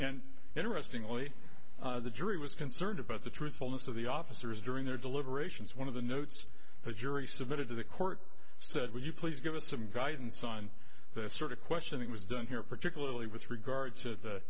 and interestingly the jury was concerned about the truthfulness of the officers during their deliberations one of the notes a jury submitted to the court said would you please give us some guidance on this sort of question that was done here particularly with regard t